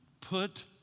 put